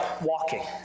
walking